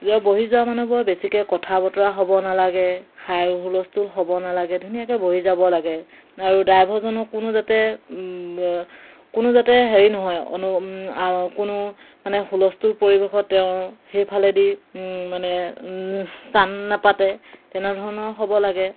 বহি যোৱা মানুহবোৰ বেছিকৈ কথা বতৰা হ'ব নালাগে হাই হুলস্থূল হ'ব নালাগে ধুনীয়াকৈ বহি যাব লাগে আৰু ড্ৰাইভজনক কোনো যাতে কোনো যাতে হেৰি নহয় কোনো মানে হুলস্থূল পৰিৱেশত তেওঁৰ সেইফালেদি মানে কাণ নপাতে তেনেধৰণৰ হ'ব লাগে